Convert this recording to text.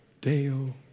Deo